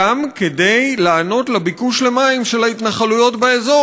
גם כדי להיענות לביקוש למים של ההתנחלויות באזור,